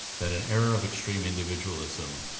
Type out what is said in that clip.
that an error of extreme individualism,